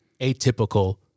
atypical